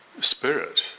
spirit